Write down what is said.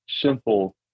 simple